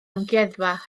amgueddfa